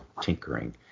tinkering